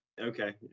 Okay